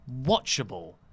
watchable